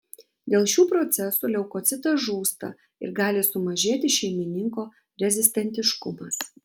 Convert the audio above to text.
dėl šių procesų leukocitas žūsta ir gali sumažėti šeimininko rezistentiškumas